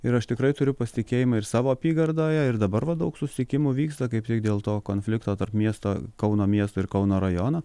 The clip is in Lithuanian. ir aš tikrai turiu pasitikėjimą ir savo apygardoje ir dabar va daug susitikimų vyksta kaip tik dėl to konflikto tarp miesto kauno miesto ir kauno rajono